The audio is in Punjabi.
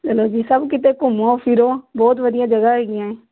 ਚਲੋ ਜੀ ਸਭ ਕਿਤੇ ਘੁੰਮੋ ਫਿਰੋ ਬਹੁਤ ਵਧੀਆ ਜਗ੍ਹਾ ਹੈਗੀਆਂ